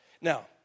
Now